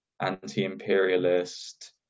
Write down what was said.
anti-imperialist